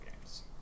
games